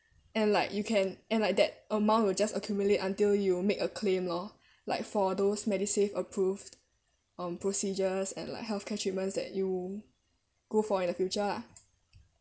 and like you can and like that amount will just accumulate until you make a claim lor like for those MediSave approved um procedures and like health care treatments that you go for in the future lah